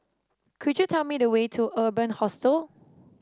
could you tell me the way to Urban Hostel